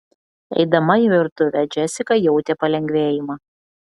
eidama į virtuvę džesika jautė palengvėjimą